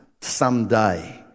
someday